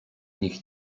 nich